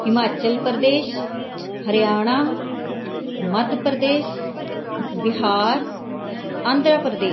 Himachal Pradesh Haryana Madhya Pradesh Bihar Andhra Pradesh